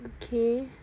okay